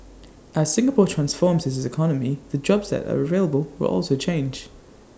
as Singapore transforms its economy the jobs said are available will also change